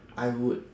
I would